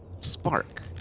spark